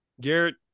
Garrett